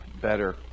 better